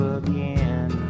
again